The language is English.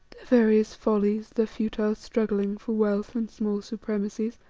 various follies, their futile struggling for wealth and small supremacies,